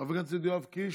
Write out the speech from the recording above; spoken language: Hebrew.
חבר הכנסת יואב קיש,